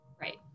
Right